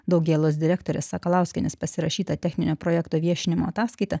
daugėlos direktorė sakalauskienės pasirašyta techninio projekto viešinimo ataskaita